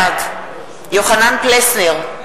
בעד יוחנן פלסנר,